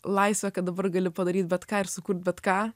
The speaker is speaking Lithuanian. laisvę kad dabar gali padaryt bet ką ir sukurti bet ką